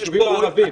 היישובים הערביים.